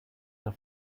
der